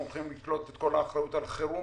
אנחנו הולכים לקלוט את כל האחריות על חירום